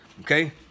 okay